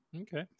Okay